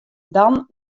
dan